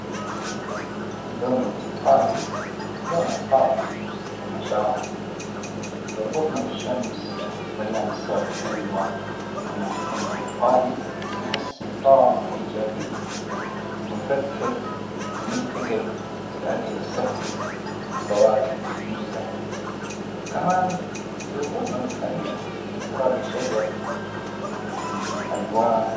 اللون البرتقالي، لون الفرح والنشاط، يربطنا بالشمس، وأيام الصيف الحلوة، لما نشوف البرتقالي نحس بطاقة إيجابية، ونفكر ونفتكر الأكل الصحي والفواكه اللديدة، وكمان بيربطنا بالخريف أوراج الشجر، الألوان.